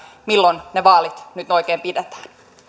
milloin ne vaalit nyt oikein pidetään